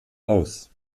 aus